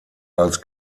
als